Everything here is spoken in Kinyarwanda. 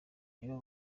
nibo